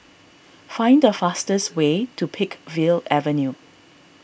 find the fastest way to Peakville Avenue